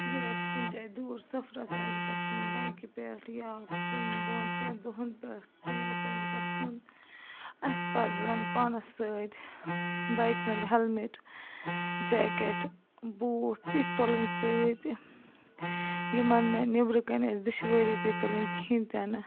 ییٚلہِ اَسہِ کُنہِ جاے دوٗر سفرس آسہِ گَژھُن بایکہِ پٮ۪ٹھ یا کُنہِ دۄن ترٛین دۄہن پٮ۪ٹھ ٹیوٗرس آسہِ گَژھُن اَسہِ پَزن پانس سۭتۍ بایکہِ ہُنٛد ہٮ۪لمِٹ جاکیٹ بوٗٹھ تِتھ تُلٕنۍ سۭتۍ یِمن نہٕ نٮ۪برٕ کَنۍ آسہِ دُشوٲری پیٚیہِ تُلٕنۍ کِہینۍ تہِ نہٕ